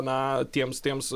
na tiems tiems